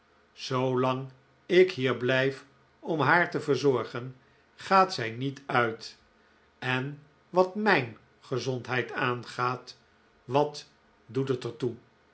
zoolang ik hier blijf om haar te verzorgen gaat zij niet uit en wat mijn gezondheid aangaat wat doet het er toe